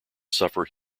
suffer